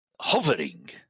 hovering